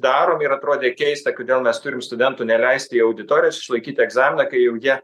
darom ir atrodė keista kodėl mes turim studentų neleisti į auditorijas išlaikyti egzaminą kai jau jie